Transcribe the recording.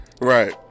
Right